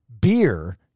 beer